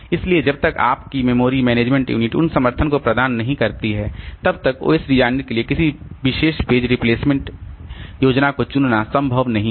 इसलिए जब तक आपकी मेमोरी मैनेजमेंट यूनिट उन समर्थन को प्रदान नहीं करती है तब तक ओएस डिजाइनर के लिए किसी विशेषपेज रिप्लेसमेंट योजना को चुनना संभव नहीं है